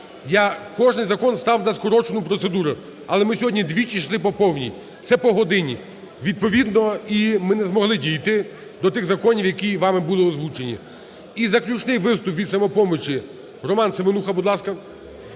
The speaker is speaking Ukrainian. Я кожен закон ставлю на скорочену процедуру, але ми сьогодні двічі йшли по повній – це по годині. Відповідно, ми і не змогли дійти до тих законів, які вами були озвучені. І заключний виступ від "Самопомочі", Роман Семенуха, будь ласка.